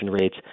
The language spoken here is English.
rates